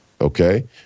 Okay